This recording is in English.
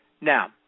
Now